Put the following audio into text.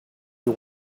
you